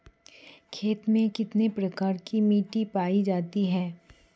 खेतों में कितने प्रकार की मिटी पायी जाती हैं?